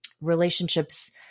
relationships